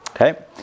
Okay